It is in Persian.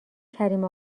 کریم